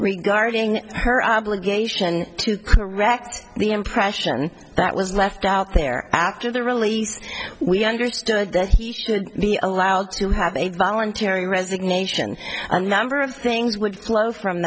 regarding her obligation to correct the impression that was left out there after the release we understood that he should be allowed to have a voluntary resignation a number of things would flow from